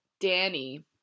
Danny